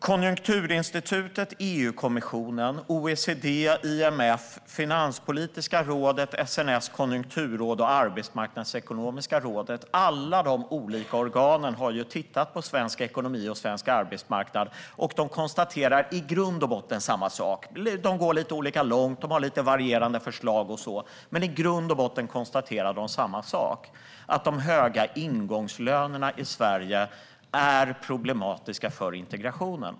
Konjunkturinstitutet, EU-kommissionen, OECD, IMF, Finanspolitiska rådet, SNS Konjunkturråd och Arbetsmarknadsekonomiska rådet - alla dessa olika organ har tittat på svensk ekonomi och svensk arbetsmarknad, och de konstaterar i grund och botten samma sak. De går lite olika långt och har varierande förslag, men i grund och botten konstaterar de samma sak: De höga ingångslönerna i Sverige är problematiska för integrationen.